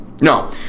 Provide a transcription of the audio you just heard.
No